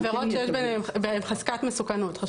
עבירות שיש בהן חזקת מסוכנות.